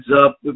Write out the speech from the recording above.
up